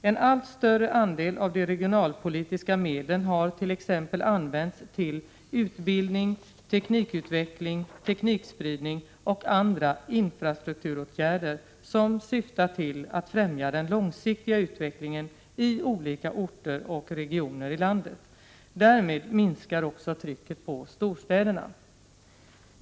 En allt större andel av de regionalpolitiska medlen har t.ex. använts till utbildning, teknikutveckling, teknikspridning och andra infrastrukturåtgärder som syftar till att främja den långsiktiga utvecklingen i olika orter och regioner i landet. Därmed minskar också trycket på storstäderna.